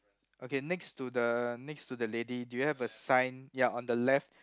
okay next to the next to the lady do you have a sign ya on the left